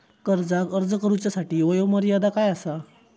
कर्जाक अर्ज करुच्यासाठी वयोमर्यादा काय आसा?